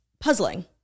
Puzzling